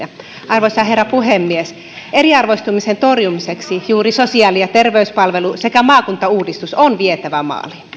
arvoisa herra puhemies eriarvoistumisen torjumiseksi juuri sosiaali ja terveyspalvelu sekä maakuntauudistus on vietävä maaliin